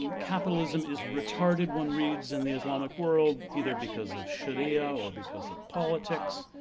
um capitalism is retarded one reads in the islamic world, either because of sharia, or because of politics,